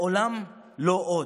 לעולם לא עוד.